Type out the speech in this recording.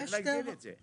צריך לעגן את זה.